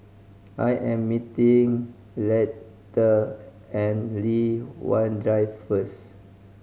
I am meeting Leatha and Li Hwan Drive first